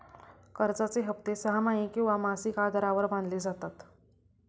कर्जाचे हप्ते सहामाही किंवा मासिक आधारावर बांधले जातात